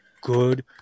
good